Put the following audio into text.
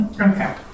Okay